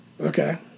Okay